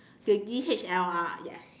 the D_S_L_R yes